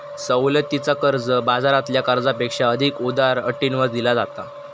सवलतीचा कर्ज, बाजारातल्या कर्जापेक्षा अधिक उदार अटींवर दिला जाता